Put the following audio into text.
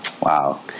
Wow